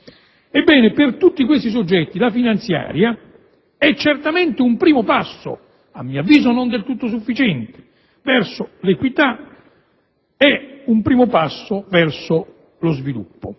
Ebbene, per tutti questi soggetti la finanziaria è certamente un primo passo - a mio avviso non del tutto sufficiente - verso l'equità e lo sviluppo: